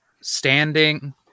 standing